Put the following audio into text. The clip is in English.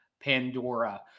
pandora